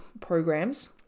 programs